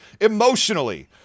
emotionally